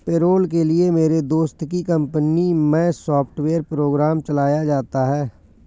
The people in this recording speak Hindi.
पेरोल के लिए मेरे दोस्त की कंपनी मै सॉफ्टवेयर प्रोग्राम चलाया जाता है